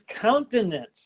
countenance